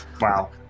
Wow